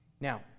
Now